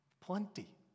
plenty